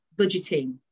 budgeting